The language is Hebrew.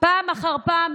נפלה פעם אחר פעם,